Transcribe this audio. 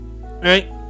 Right